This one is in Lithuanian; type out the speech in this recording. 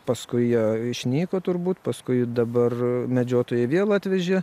paskui jie išnyko turbūt paskui dabar medžiotojai vėl atvežė